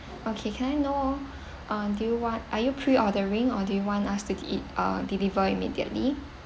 okay can I know uh do you want are you pre-ordering or do you want us to eat~ uh deliver immediately